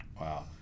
Wow